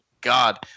god